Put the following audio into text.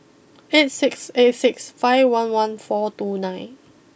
eight six eight six five one one four two nine